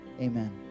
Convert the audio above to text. Amen